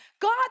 God